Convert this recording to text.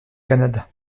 canada